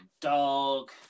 dog